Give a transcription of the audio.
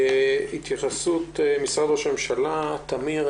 התייחסות משרד ראש הממשלה תמיר,